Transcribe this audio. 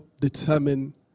determine